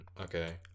okay